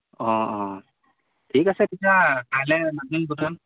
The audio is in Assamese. অঁ অঁ ঠিক আছে তেতিয়া কাইলৈ মাতিম